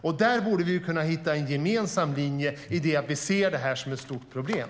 Vi borde kunna hitta en gemensam linje i att vi ser detta som ett stort problem.